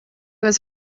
was